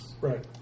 Right